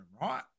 right